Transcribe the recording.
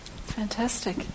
Fantastic